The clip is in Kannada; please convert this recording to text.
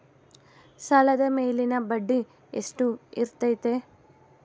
ಸಾಲದ ಮೇಲಿನ ಬಡ್ಡಿ ಎಷ್ಟು ಇರ್ತೈತೆ?